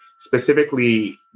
specifically